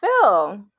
Phil